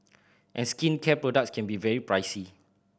and skincare products can be very pricey